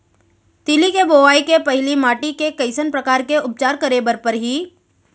तिलि के बोआई के पहिली माटी के कइसन प्रकार के उपचार करे बर परही?